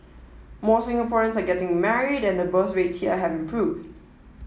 more Singaporeans are getting married and birth rates here have improved